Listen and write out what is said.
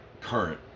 current